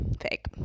fake